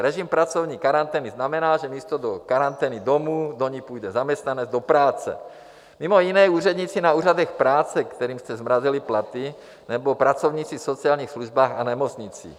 Režim pracovní karantény znamená, že místo do karantény domů do ní půjde zaměstnanec do práce, mimo jiné úředníci na úřadech práce, kterým jste zmrazili platy, nebo pracovníci v sociálních službách a nemocnicích.